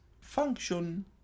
function